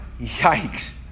Yikes